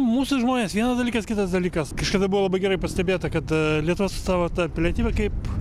mūsų žmonės vienas dalykas kitas dalykas kažkada buvo labai gerai pastebėta kad lietuva su savo ta pilietybe kaip